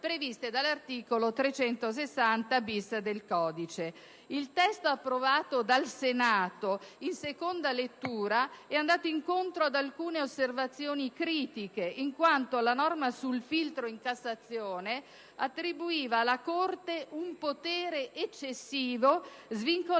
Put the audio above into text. previste dell'articolo 360-*bis* del codice. Il testo approvato dal Senato in seconda lettura è andato incontro ad alcune osservazioni critiche, in quanto la norma sul filtro in Cassazione attribuiva alla Corte un potere eccessivo riferimento